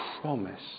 promise